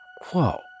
Whoa